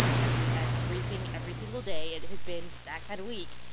ah yep, we've had a briefing every single day. it has been that kind of week.